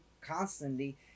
constantly